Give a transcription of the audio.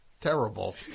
terrible